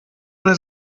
eine